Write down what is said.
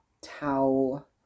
towel